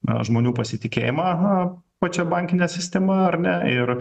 na žmonių pasitikėjimą na pačia bankine sistema ar ne ir